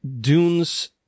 dunes